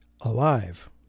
alive